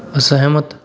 ਅਸਹਿਮਤ